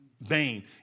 Vain